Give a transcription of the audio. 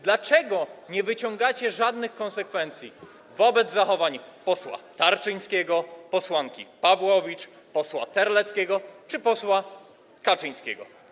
Dlaczego nie wyciągacie żadnych konsekwencji wobec posła Tarczyńskiego, posłanki Pawłowicz, posła Terleckiego czy posła Kaczyńskiego?